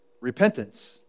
repentance